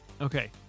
Okay